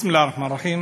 בסם אללה א-רחמאן א-רחים.